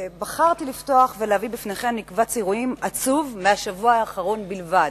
בחרתי לפתוח ולהביא בפניכם מקבץ אירועים עצוב מהשבוע האחרון בלבד,